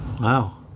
wow